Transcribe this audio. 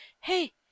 Hey